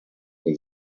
than